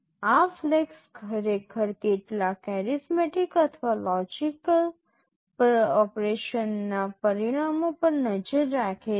આ ફ્લેગ્સ ખરેખર કેટલાક એરિથમેટીક અથવા લોજિક ઓપરેશનના પરિણામો પર નજર રાખે છે